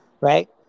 right